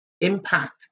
impact